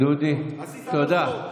דודי, תודה.